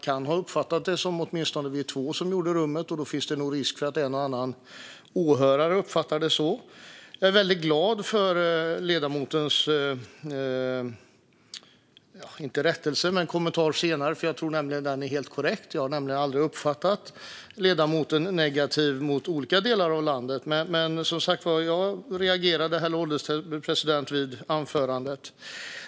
Vi är åtminstone två i rummet som uppfattade det så, och då finns det nog risk för att en och annan åhörare också gjorde det. Jag är väldigt glad för ledamotens senare kommentar till detta och tror att den är helt korrekt. Jag har nämligen aldrig uppfattat ledamoten som negativ mot olika delar av landet. Men som sagt reagerade jag, herr ålderspresident, på anförandet.